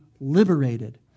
liberated